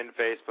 Facebook